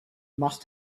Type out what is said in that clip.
must